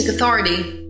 authority